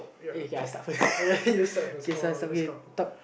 eh okay I start first okay talk